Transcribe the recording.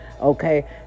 okay